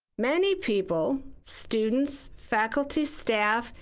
many people, students, faculty, staff,